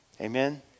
Amen